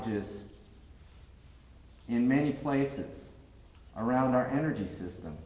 ges in many places around our energy system